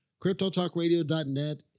CryptoTalkradio.net